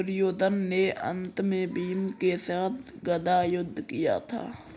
दुर्योधन ने अन्त में भीम के साथ गदा युद्ध किया था